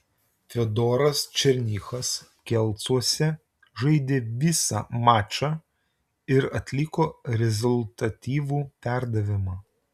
fiodoras černychas kelcuose žaidė visą mačą ir atliko rezultatyvų perdavimą